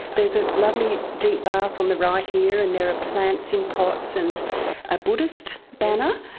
there's a lovely deep bath on the right here and there are plants in pots and a buddhist banner,